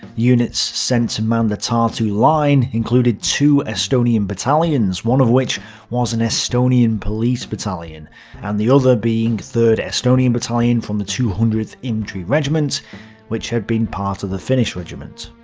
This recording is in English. units sent to man the tartu line included two estonian battalions one of which was an estonian police battalion and the other being third estonian battalion from the two hundredth infantry regiment which had been part of a finnish regiment.